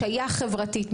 שייך חברתית,